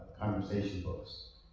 conversation books.